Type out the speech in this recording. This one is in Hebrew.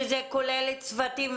שזה כולל צוותים,